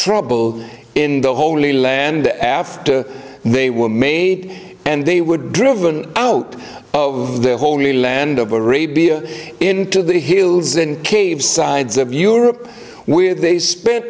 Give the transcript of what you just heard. trouble in the holy land after they were made and they were driven out of the holy land of arabia into the hills and caves sides of europe where they spent